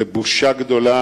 זו בושה גדולה.